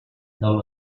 del